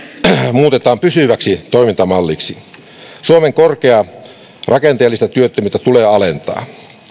muutetaan pysyväksi toimintamalliksi suomen korkeaa rakenteellista työttömyyttä tulee alentaa